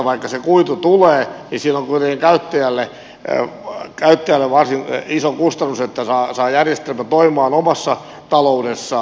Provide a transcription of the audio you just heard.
vaikka se kuitu tulee niin sillä on kuitenkin käyttäjälle varsin iso kustannus että saa järjestelmän toimimaan omassa taloudessaan